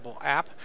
app